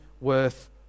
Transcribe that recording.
worth